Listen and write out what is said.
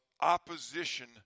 opposition